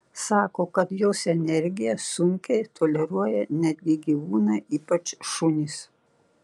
sako kad jos energiją sunkiai toleruoja netgi gyvūnai ypač šunys